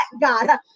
God